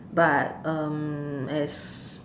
but um as